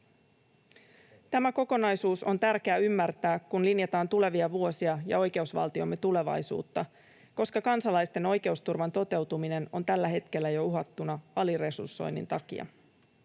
Tämä kokonaisuus on tärkeää ymmärtää, kun linjataan tulevia vuosia ja oikeusvaltiomme tulevaisuutta, koska kansalaisten oikeusturvan toteutuminen on tällä hetkellä jo uhattuna aliresursoinnin takia.